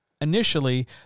initially